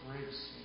grace